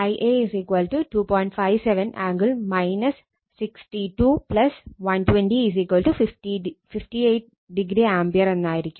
57 angle 62 120 58 o ampere എന്നായിരിക്കും